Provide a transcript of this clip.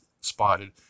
spotted